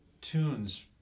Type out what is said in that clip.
tunes